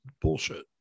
bullshit